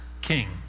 king